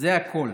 זה הכול.